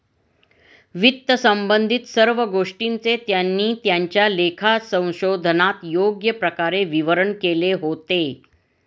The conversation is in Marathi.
वित्तसंबंधित सर्व गोष्टींचे त्यांनी त्यांच्या लेखा संशोधनात योग्य प्रकारे विवरण केले होते